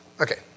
Okay